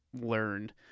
learned